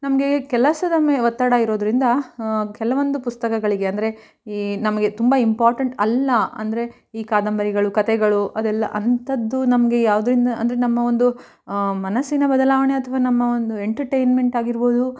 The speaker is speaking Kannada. ನಮಗೆ ಕೆಲಸದ ಮೇ ಒತ್ತಡ ಇರೋದರಿಂದ ಕೆಲವೊಂದು ಪುಸ್ತಕಗಳಿಗೆ ಅಂದರೆ ಈ ನಮಗೆ ತುಂಬ ಇಂಪಾರ್ಟೆಂಟ್ ಅಲ್ಲ ಅಂದರೆ ಈ ಕಾದಂಬರಿಗಳು ಕಥೆಗಳು ಅದೆಲ್ಲಾ ಅಂಥದ್ದು ನಮಗೆ ಯಾವುದರಿಂದ ಅಂದರೆ ನಮ್ಮ ಒಂದು ಮನಸ್ಸಿನ ಬದಲಾವಣೆ ಅಥ್ವಾ ನಮ್ಮ ಒಂದು ಎಂಟಟೈನ್ಮೆಂಟ್ ಆಗಿರ್ಬೋದು